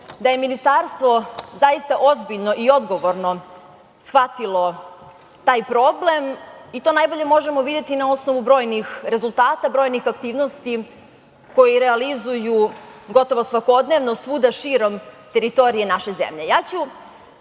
da je Ministarstvo zaista ozbiljno i odgovorno shvatilo taj problem, i to najbolje možemo videti na osnovu brojnih rezultata, brojnih aktivnosti koje realizuju gotovo svakodnevno svuda širom teritorije naše